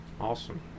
Awesome